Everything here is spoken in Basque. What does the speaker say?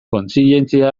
kontzientzia